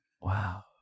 Wow